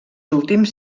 últims